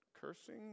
cursing